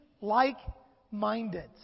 like-minded